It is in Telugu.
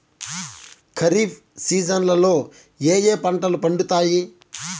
ఖరీఫ్ సీజన్లలో ఏ ఏ పంటలు పండుతాయి